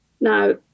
Now